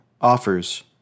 offers